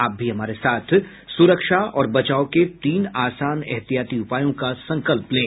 आप भी हमारे साथ सुरक्षा और बचाव के तीन आसान एहतियाती उपायों का संकल्प लें